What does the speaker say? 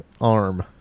arm